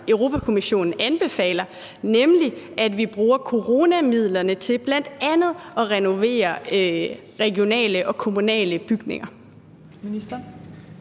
Europa-Kommissionen anbefaler, nemlig at vi bruger coronamidlerne til bl.a. at renovere regionale og kommunale bygninger?